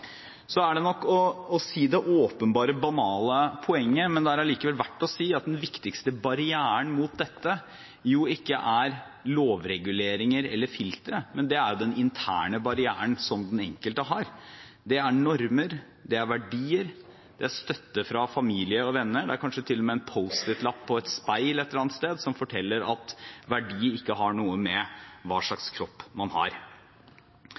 Så er det nok å si det åpenbare, banale poenget, men det er allikevel verdt å si at den viktigste barrieren mot dette jo ikke er lovreguleringer eller filtre, men den interne barrieren som den enkelte har. Det er normer, det er verdier, det er støtte fra familie og venner, det er kanskje til og med en post-it-lapp på et speil et eller annet sted som forteller at verdier ikke har noe med hva slags kropp man har.